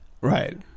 right